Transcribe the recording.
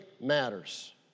Matters